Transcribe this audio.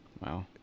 Wow